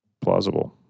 Plausible